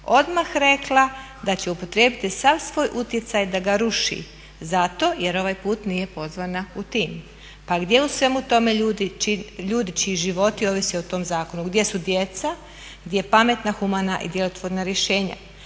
odmah rekla da će upotrijebiti sav svoj utjecaj da ga ruši zato jer ovaj put nije pozvana u tim. Pa gdje u svemu tome ljudi čiji životi ovise o tom zakonu, gdje su djeca, gdje su pametna, humana i djelotvorna rješenja.